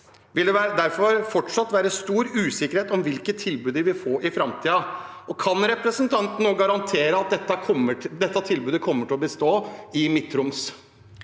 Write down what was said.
vil det derfor fortsatt være stor usikkerhet om hvilke tilbud de vil få i framtiden. Kan representanten nå garantere at dette tilbudet kommer til å bestå i Midt-Troms?